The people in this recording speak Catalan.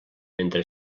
mentre